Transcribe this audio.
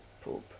poop